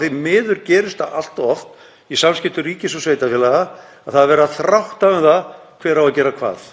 Því miður gerist það allt of oft í samskiptum ríkis og sveitarfélaga að verið er að þrátta um það hver á að gera hvað.